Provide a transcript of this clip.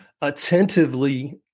attentively